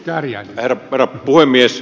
herra puhemies